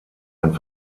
ein